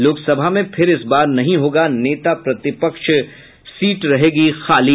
लोकसभा में फिर इस बार नहीं होगा नेता प्रतिपक्ष सीट रहेगी खाली